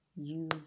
use